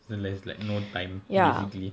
so there's like no time basically